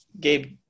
Gabe